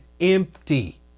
empty